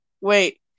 Wait